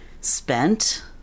spent